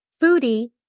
foodie